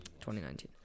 2019